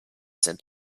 sind